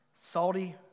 salty